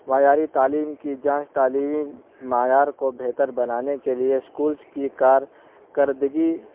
معیاری تعلیم کی جانچ تعلیمی معیار کو بہتر بنانے کے لیے اسکولز کی کارکردگی